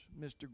Mr